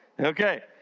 Okay